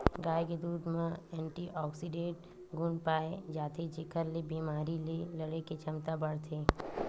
गाय के दूद म एंटीऑक्सीडेंट गुन पाए जाथे जेखर ले बेमारी ले लड़े के छमता बाड़थे